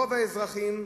רוב האזרחים,